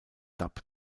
dub